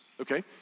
okay